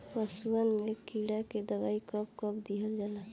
पशुअन मैं कीड़ा के दवाई कब कब दिहल जाई?